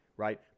right